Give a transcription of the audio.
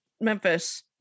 memphis